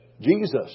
Jesus